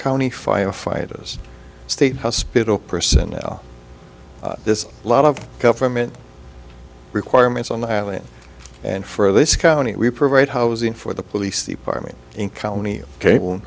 county firefighters state hospital personnel this lot of government requirements on the island and for this county we provide housing for the police department in county cable